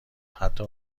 حتی